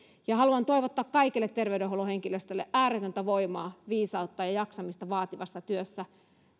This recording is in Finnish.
ja haluan toivottaa kaikille terveydenhuollon henkilöstölle ääretöntä voimaa viisautta ja jaksamista vaativassa työssä